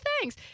thanks